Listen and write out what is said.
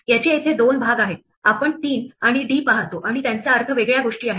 याचे येथे दोन भाग आहेत आपण 3 आणि d पाहतो आणि त्यांचा अर्थ वेगळ्या गोष्टी आहेत